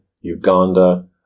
Uganda